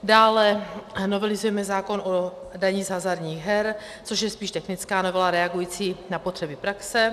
Dále novelizujeme zákon o dani z hazardních her, což je spíš technická novela reagující na potřeby praxe.